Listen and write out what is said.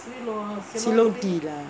ceylon tea lah